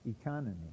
economy